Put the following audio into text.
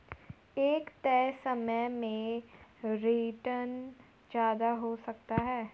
एक तय समय में रीटर्न ज्यादा हो सकता है